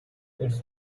its